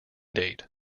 date